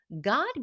God